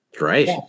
Right